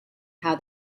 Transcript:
how